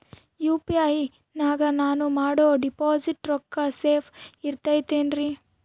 UPI ನಾಗ ನಾನು ಮಾಡೋ ಡಿಪಾಸಿಟ್ ರೊಕ್ಕ ಸೇಫ್ ಇರುತೈತೇನ್ರಿ?